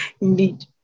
indeed